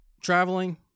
traveling